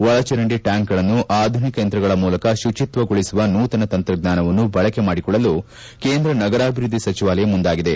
ಒಳಚರಂಡಿ ಟ್ಯಾಂಕ್ಗಳನ್ನು ಆಧುನಿಕ ಯಂತ್ರಗಳ ಮೂಲಕ ಶುಚಿತ್ವಗೊಳಿಸುವ ನೂತನ ತಂತ್ರಜ್ಞಾನವನ್ನು ಬಳಕೆ ಮಾಡಿಕೊಳ್ಳಲು ಕೇಂದ್ರ ನಗರಾಭಿವೃದ್ದಿ ಸಚಿವಾಲಯ ಮುಂದಾಗಿದೆ